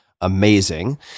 amazing